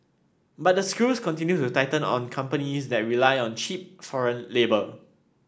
but the screws continue to tighten on companies that rely on cheap foreign labour